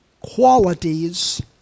qualities